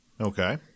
Okay